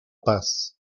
paz